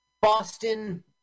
boston